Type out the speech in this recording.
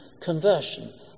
conversion